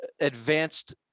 advanced